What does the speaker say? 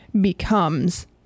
becomes